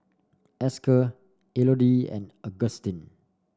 Esker Elodie and Agustin